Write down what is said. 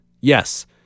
Yes